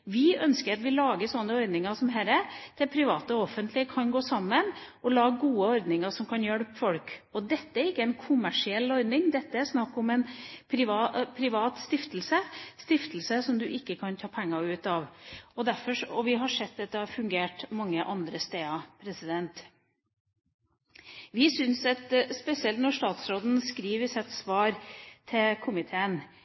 vi i Venstre. Vi ønsker at vi lager slike ordninger som dette, der private og offentlige kan gå sammen og lage gode ordninger som kan hjelpe folk. Dette er ikke en kommersiell ordning. Dette er snakk om en privat stiftelse, en stiftelse som man ikke kan ta penger ut av. Vi har sett at det har fungert mange andre steder. Statsråden skriver i sitt